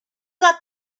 got